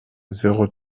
zéro